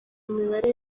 imibare